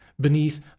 beneath